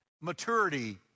maturity